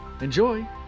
enjoy